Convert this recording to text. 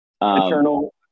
eternal